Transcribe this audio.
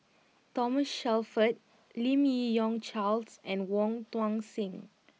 Thomas Shelford Lim Yi Yong Charles and Wong Tuang Seng